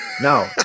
no